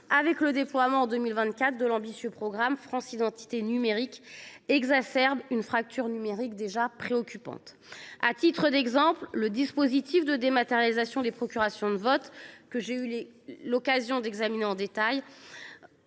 avec le déploiement en 2024 de l’ambitieux programme France identité numérique, exacerbe une fracture numérique déjà préoccupante. À titre d’exemple, le dispositif de dématérialisation des procurations de vote – que j’ai eu l’occasion d’examiner en détail